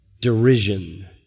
derision